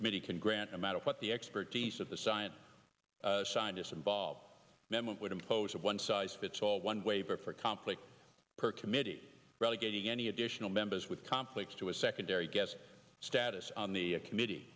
committee can grant no matter what the expertise of the science scientists involved memo would impose a one size fits all one waiver for conflict per committee relegating any additional members with conflicts to a secondary guest status on the committee